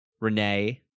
Renee